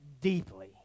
deeply